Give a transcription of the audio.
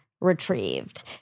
retrieved